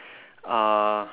uh